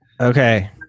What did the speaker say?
Okay